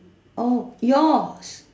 oh yours